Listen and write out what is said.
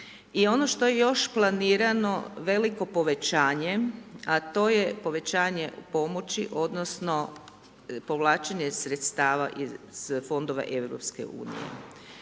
I ono što je još planirano veliko povećanje, a to je povećanje pomoći, odnosno, povlačenje sredstava iz fondova EU.